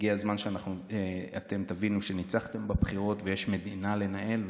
הגיע הזמן שאתם תבינו שניצחתם בבחירות ויש מדינה לנהל,